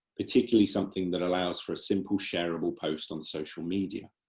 particularly something that allows for a simple shareable post on social media,